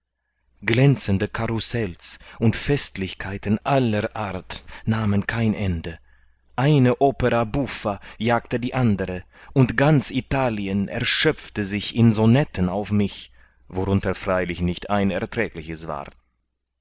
glänzende karussels und festlichkeiten aller art nahmen kein ende eine opera buffa jagte die andere und ganz italien erschöpfte sich in sonetten auf mich worunter freilich nicht ein erträgliches war